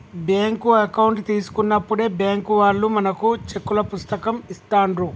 bank account తీసుకున్నప్పుడే bank వాళ్ళు మనకు చెక్కుల పుస్తకం ఇస్తాండ్రు